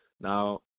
Now